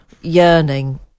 yearning